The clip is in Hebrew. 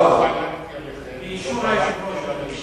באישור היושב-ראש, אדוני.